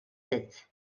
sept